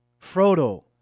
Frodo